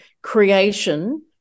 creation